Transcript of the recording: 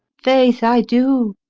faith i do.